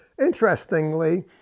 Interestingly